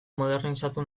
modernizatu